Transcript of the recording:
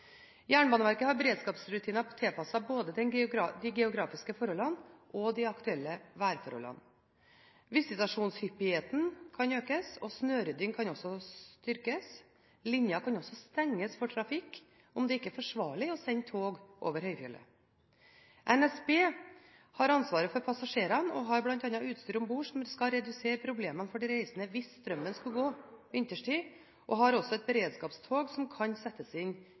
Jernbaneverket har beredskapsrutiner tilpasset både de geografiske forholdene og de aktuelle værforholdene. Visitasjonshyppigheten kan økes, og snøryddingen kan styrkes. Linjen kan stenges for trafikk om det ikke er forsvarlig å sende tog over høyfjellet. NSB har ansvaret for passasjerene og har bl.a. utstyr om bord som skal redusere problemene for de reisende hvis strømmen skulle gå vinterstid. NSB har også et beredskapstog som kan settes inn